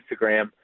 Instagram